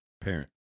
Parent